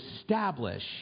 establish